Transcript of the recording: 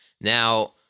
Now